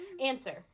answer